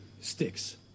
Sticks